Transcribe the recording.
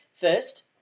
first